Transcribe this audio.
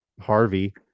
harvey